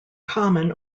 common